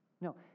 No